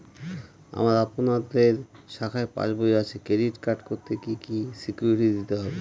আমার আপনাদের শাখায় পাসবই আছে ক্রেডিট কার্ড করতে কি কি সিকিউরিটি দিতে হবে?